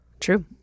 True